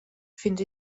fins